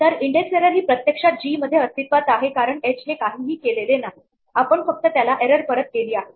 तर index error ही प्रत्यक्षात जी मध्ये अस्तित्वात आहे कारण एच ने काहीही केलेले नाही आपण फक्त त्याला एरर परत केली आहे